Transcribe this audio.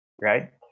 Right